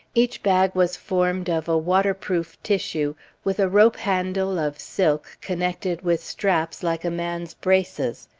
each bag was formed of a waterproof tissue with a rope handle of silk connected with straps like a man's braces.